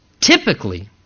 typically